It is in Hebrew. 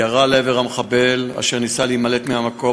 ירה לעבר המחבל, אשר ניסה להימלט מן המקום.